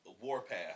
warpath